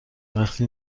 وقتی